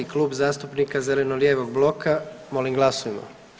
Klub zastupnika zeleno-lijevog bloka, molim glasujmo.